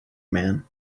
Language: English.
man